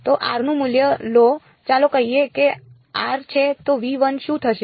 તો r નું મૂલ્ય લો ચાલો કહીએ કે r છે તો શું થશે